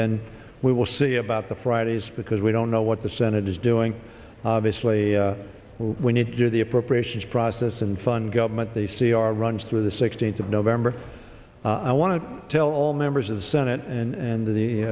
then we will see about the fridays because we don't know what the senate is doing obviously we need to get the appropriations process and fund government the c r runs through the sixteenth of november i want to tell all members of the senate and to the